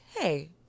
hey